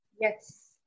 Yes